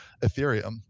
Ethereum